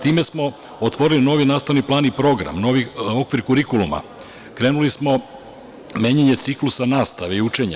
Time smo otvorili novi nastavni plan i program, novi okvir kurikuloma, krenuli smo menjanje ciklusa nastave i učenja.